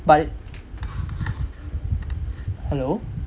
but hello